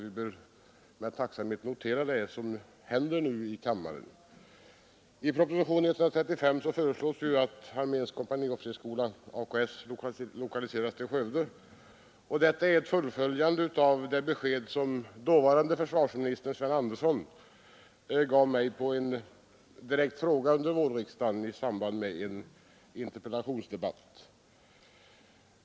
Vi bör med tacksamhet notera det som kommer att hända nu i kammaren. I propositionen 135 föreslås att arméns kompaniofficersskola, AKS, lokaliseras till Skövde. Detta är ett fullföljande av det besked som dåvarande försvarsministern Sven Andersson gav mig på en direkt fråga under vårriksdagen i samband med en interpellationsdebatt.